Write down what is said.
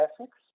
ethics